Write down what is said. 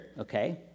okay